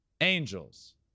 Angels